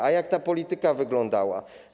A jak ta polityka wyglądała?